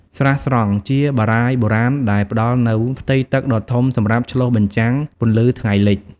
ស្រះស្រង់: ជាបារាយណ៍បុរាណដែលផ្តល់នូវផ្ទៃទឹកដ៏ធំសម្រាប់ឆ្លុះបញ្ចាំងពន្លឺថ្ងៃលិច។